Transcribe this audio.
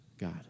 God